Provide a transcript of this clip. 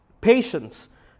Patience